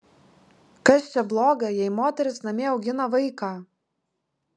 kas čia bloga jei moteris namie augina vaiką